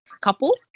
couple